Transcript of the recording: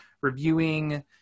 reviewing